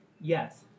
Yes